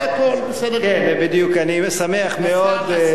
זה בדיוק, אני שמח מאוד.